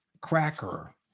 Cracker